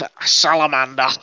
Salamander